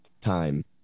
time